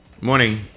Morning